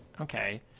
Okay